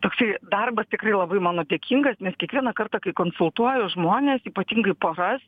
toksai darbas tikrai labai mano dėkingas nes kiekvieną kartą kai konsultuoju žmones ypatingai poras